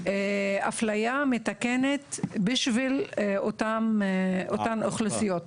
אפליה מתקנת בשביל אותן אוכלוסיות.